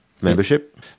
membership